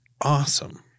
awesome